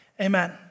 Amen